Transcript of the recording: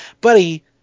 buddy